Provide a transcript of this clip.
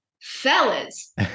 fellas